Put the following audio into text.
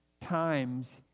times